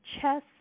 chess